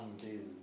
undo